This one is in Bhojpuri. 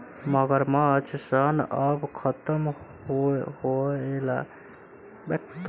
मगरमच्छ सन अब खतम होएल जात बा एसे इकर संरक्षण कईला के भी जरुरत हो गईल बा